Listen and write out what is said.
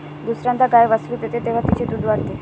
दुसर्यांदा गाय वासरू देते तेव्हा तिचे दूध वाढते